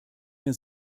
mehr